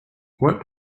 what